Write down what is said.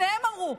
שניהם אמרו.